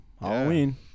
Halloween